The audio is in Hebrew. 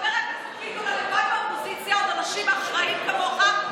חברת הכנסת ביטון,